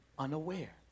unaware